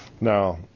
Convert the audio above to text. Now